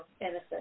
innocent